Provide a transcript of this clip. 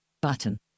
button